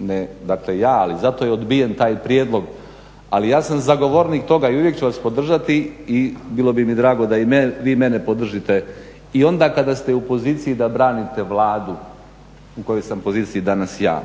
ne dakle ja ali zato je odbijen taj prijedlog. Ali ja sam zagovornik toga i uvijek ću vas podržati i bilo bi mi drago da i vi mene podržite i onda kada ste u poziciji da branite Vladu u kojoj sam poziciji danas ja.